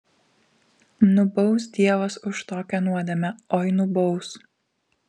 nubaus dievas už tokią nuodėmę oi nubaus